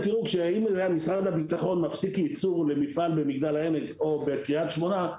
כשמשרד הביטחון מפסיק ייצור למפעל במגדל העמק או בקריית שמונה,